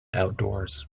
outdoors